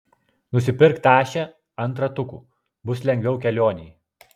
nusipirk tašę ant ratukų bus lengviau kelionėj